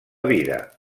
vida